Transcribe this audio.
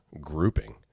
grouping